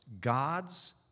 God's